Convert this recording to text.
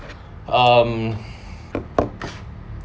um